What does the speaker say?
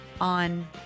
on